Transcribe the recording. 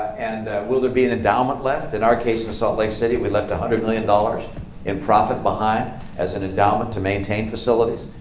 and will there be an endowment left? in our case, in salt lake city, we left one hundred million dollars in profit behind as an endowment to maintain facilities.